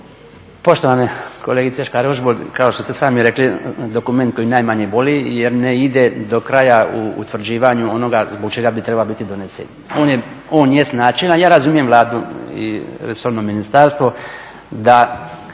Poštovana kolegice Škare-Ožbolt kao što ste sami rekli dokument koji najmanje boli jer ne ide do kraja u utvrđivanju onoga zbog čega bi trebao biti donesen. On jest načelan. Ja razumijem Vladu i resorno ministarstvo da